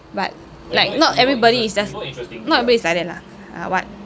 but like not everybody is just not everybody is like that lah